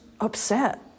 upset